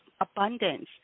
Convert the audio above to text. abundance